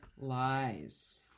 lies